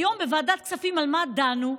היום בוועדת הכספים, על מה דנו?